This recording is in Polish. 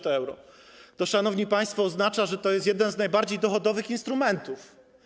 To, szanowni państwo, oznacza, że to jest jeden z najbardziej dochodowych instrumentów.